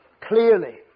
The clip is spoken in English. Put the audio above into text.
clearly